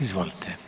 Izvolite.